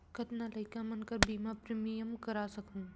कतना लइका मन कर बीमा प्रीमियम करा सकहुं?